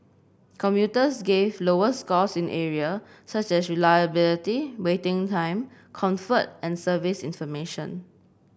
commuters gave lower scores in area such as reliability waiting time comfort and service information